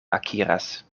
akiras